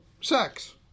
Sex